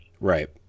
Right